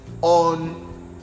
on